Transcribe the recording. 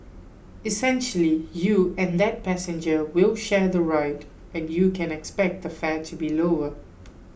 essentially you and that passenger will share the ride and you can expect the fare to be lower